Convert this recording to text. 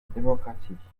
démocratie